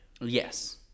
Yes